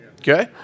Okay